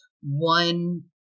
one